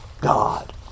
God